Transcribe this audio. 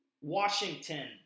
Washington